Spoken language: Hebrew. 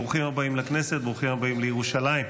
ברוכים הבאים לכנסת, ברוכים הבאים לירושלים.